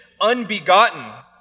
unbegotten